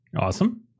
Awesome